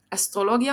אסטרולוגיה,